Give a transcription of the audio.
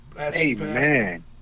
Amen